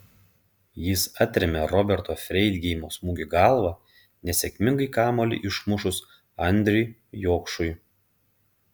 jis atrėmė roberto freidgeimo smūgį galva nesėkmingai kamuolį išmušus andriui jokšui